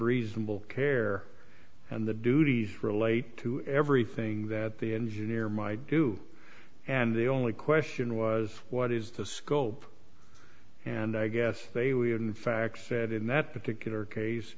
reasonable care and the duties relate to everything that the engineer might do and the only question was what is the scope and i guess they would in fact said in that particular case